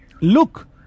Look